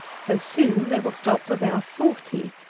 so soon they will stop till they are forty.